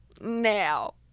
Now